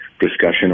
discussion